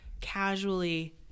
casually